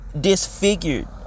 Disfigured